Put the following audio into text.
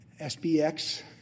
SBX